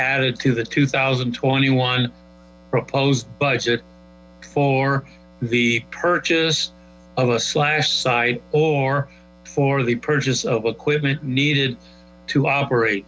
added to the two thousand twenty one proposed budget for the purchase of a slash site or for the purchase of equipment needed to operate